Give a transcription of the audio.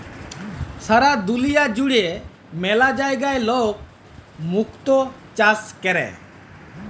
সারা দুলিয়া জুড়ে ম্যালা জায়গায় লক মুক্ত চাষ ক্যরে